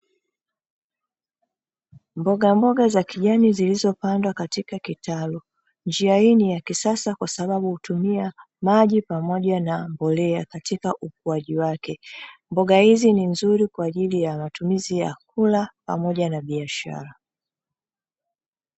Mbogamboga za kijani zilizopandwa katika kitalu njia hii ni ya kisasa kwa sababu hutumia maji pamoja na mbolea katika ukuaji wake, mboga hizi ni nzuri kwa ajili ya matumizi ya kula pamoja na biashara.